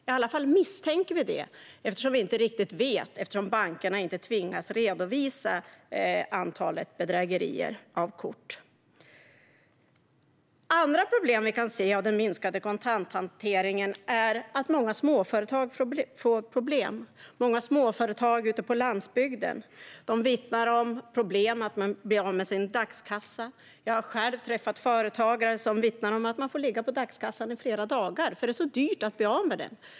I alla fall misstänker vi det, men vi vet inte riktigt, eftersom bankerna inte tvingas redovisa antalet kortbedrägerier. Vidare får många småföretag problem med den minskade kontanthanteringen. Många småföretag ute på landsbygden vittnar om problem med att bli av med sin dagskassa. Jag har själv träffat företagare som vittnar om att de får ligga på dagskassan i flera dagar eftersom det är så dyrt att bli av med den.